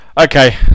okay